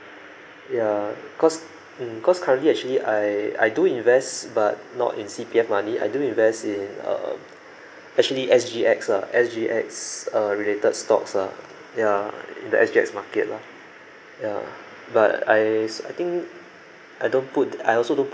ya cause mm cause currently actually I I do invest but not in C_P_F money I do invest in uh actually S_G_X lah S_G_X uh related stocks ah ya that S_G_X market lah ya but I I think I don't put I also don't